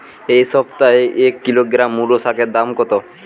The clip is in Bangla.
এ সপ্তাহে এক কিলোগ্রাম মুলো শাকের দাম কত?